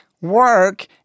work